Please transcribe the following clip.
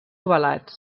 ovalats